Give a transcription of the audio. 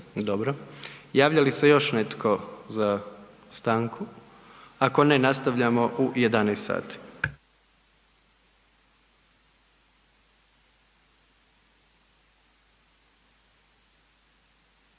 Dobro. Javlja li se još netko za stanku? Ako ne nastavljamo u 11